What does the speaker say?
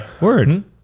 Word